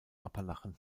appalachen